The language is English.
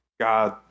God